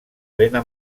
plena